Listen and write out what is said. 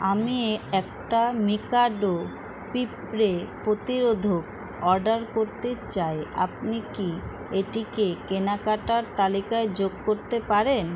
আমি একটা মিকাডো পিঁপড়ে প্রতিরোধক অর্ডার করতে চাই আপনি কি এটিকে কেনাকাটার তালিকায় যোগ করতে পারেন